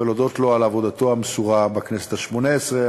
ולהודות לו על עבודתו המסורה בכנסת השמונה-עשרה.